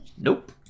Nope